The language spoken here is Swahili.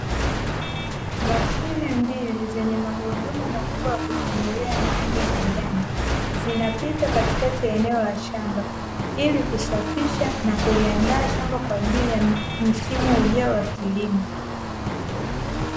Mashine mbili zenye magurudumu makubwa ya kutembelea na rangi ya kijani, zinapita katikati ya eneo la shamba. Ili kusafisha na kuliandaa shamba kwa ajili ya msimu ujao wa kilimo.